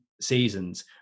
seasons